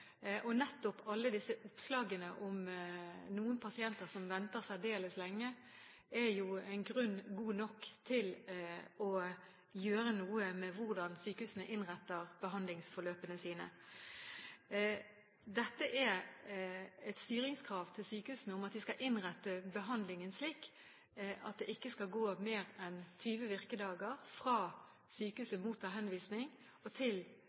Nettopp alle disse oppslagene om noen pasienter som venter særdeles lenge, er en grunn god nok til å gjøre noe med hvordan sykehusene innretter behandlingsforløpene sine. Dette er et styringskrav til sykehusene om at de skal innrette behandlingen slik at det ikke skal gå mer enn 20 virkedager fra sykehuset mottar henvisning til